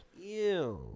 Ew